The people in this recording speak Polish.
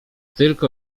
tylko